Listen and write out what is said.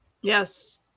Yes